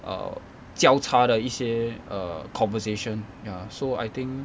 err 交叉的一些 err conversation ya so I think